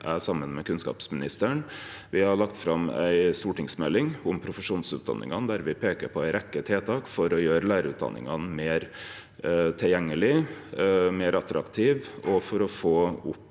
saman med kunnskapsministeren – og ei stortingsmelding om profesjonsutdanningane, der me peikar på ei rekkje tiltak for å gjere lærarutdanningane meir tilgjengelege og attraktive og for å få opp